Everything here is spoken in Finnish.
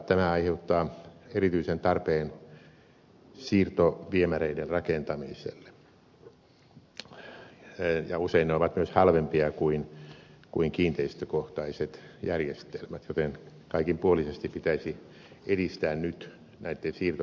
tämä aiheuttaa erityisen tarpeen siirtoviemäreiden rakentamiselle ja usein ne ovat myös halvempia kuin kiinteistökohtaiset järjestelmät joten kaikinpuolisesti pitäisi edistää nyt näitten siirtoviemäreitten rakentamista